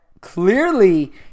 Clearly